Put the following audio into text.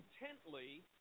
intently